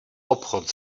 obchod